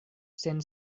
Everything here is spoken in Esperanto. sen